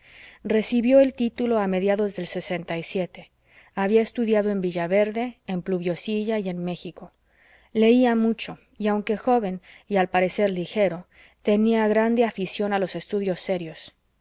recibió el título a mediados del había estudiado en villaverde en pluviosilla y en méxico leía mucho y aunque joven y al parecer ligero tenía grande afición a los estudios serios